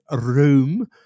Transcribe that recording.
room